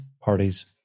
parties